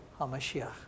HaMashiach